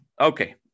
Okay